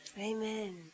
Amen